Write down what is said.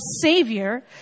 savior